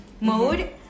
mode